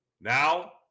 Now